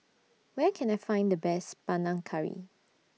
Where Can I Find The Best Panang Curry